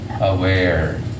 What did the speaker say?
Aware